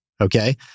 Okay